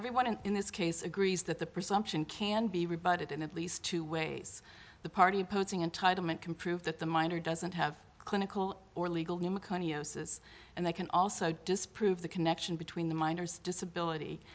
everyone in this case agrees that the presumption can be rebutted in at least two ways the party opposing entitlement can prove that the minor doesn't have clinical or legal macone osis and they can also disprove the connection between the miners disability